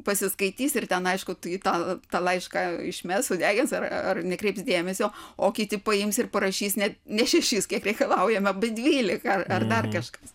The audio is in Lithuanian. pasiskaitys ir ten aišku į tą tą laišką išmes sudegins ar nekreips dėmesio o kiti paims ir parašys ne ne šešis kiek reikalaujama bet dvylika ar dar kažkas